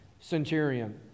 centurion